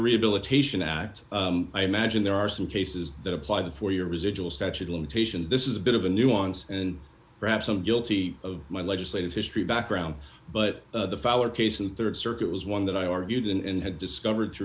rehabilitation act i imagine there are some cases that applied for your residual statute of limitations this is a bit of a nuance and perhaps i'm guilty of my legislative history background but the our case in the rd circuit was one that i argued and had discovered t